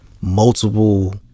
multiple